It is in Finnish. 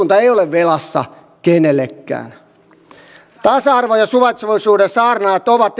velassa kenellekään tasa arvon ja suvaitsevaisuuden saarnaajat ovat